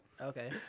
Okay